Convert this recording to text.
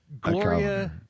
Gloria